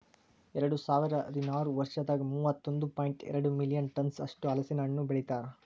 ಎರಡು ಸಾವಿರ ಹದಿನಾರು ವರ್ಷದಾಗ್ ಮೂವತ್ತೊಂದು ಪಾಯಿಂಟ್ ಎರಡ್ ಮಿಲಿಯನ್ ಟನ್ಸ್ ಅಷ್ಟು ಹಲಸಿನ ಹಣ್ಣು ಬೆಳಿತಾರ್